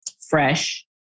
fresh